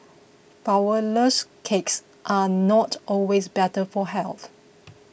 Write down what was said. Flourless Cakes are not always better for health